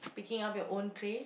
picking up your own trays